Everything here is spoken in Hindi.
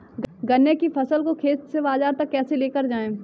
गन्ने की फसल को खेत से बाजार तक कैसे लेकर जाएँ?